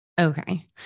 Okay